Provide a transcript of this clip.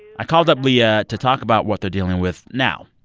i called up leah to talk about what they're dealing with now.